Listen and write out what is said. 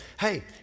hey